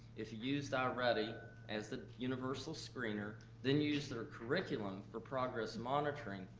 if you used ah i-ready as the universal screener, then used their curriculum for progress monitoring,